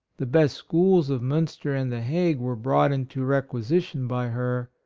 the best schools of minister and the hague were brought into requisition by her,